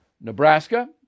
Nebraska